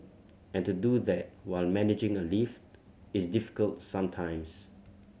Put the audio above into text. and to do that while managing a lift is difficult sometimes